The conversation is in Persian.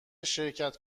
شرکت